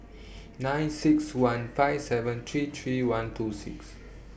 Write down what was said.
nine six one five seven three three one two six